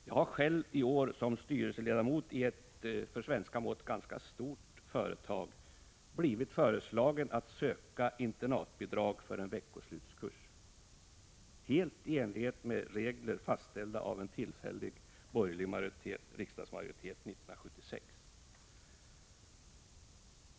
Jag har själv i år som styrelseledamot i ett för svenska mått ganska stort företag blivit föreslagen att söka internatbidrag för en veckoslutskurs, helt i enlighet med regler fastställda av en tillfällig borgerlig riksdagsmajoritet 1976.